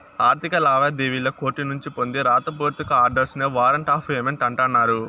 ఆర్థిక లావాదేవీల్లి కోర్టునుంచి పొందే రాత పూర్వక ఆర్డర్స్ నే వారంట్ ఆఫ్ పేమెంట్ అంటన్నారు